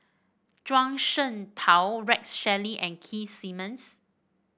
Zhuang Shengtao Rex Shelley and Keith Simmons